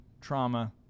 trauma